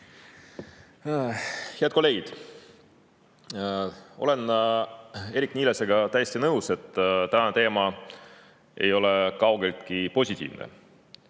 Head kolleegid! Olen Eerik-Niilesega täiesti nõus, et tänane teema ei ole kaugeltki positiivne.